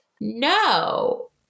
No